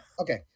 Okay